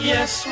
Yes